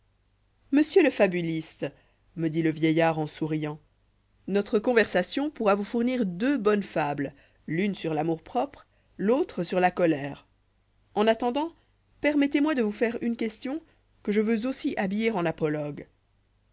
monsieur le fabuliste me dit le vieillard en souriant notre conversation pourra vous fournir deux bonnes fables l'une sur l'amour-propre l'autre sur la colère en attendant permettez-moi de vous faire une question que je veux aussi habiller en apologue